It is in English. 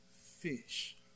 fish